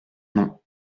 non